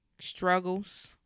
struggles